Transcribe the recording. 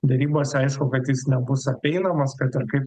derybose aišku kad jis nebus apeinamas kad ir kaip